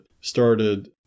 started